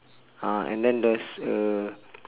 ah and then there's a